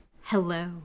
Hello